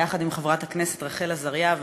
יחד עם חברת הכנסת רחל עזריה,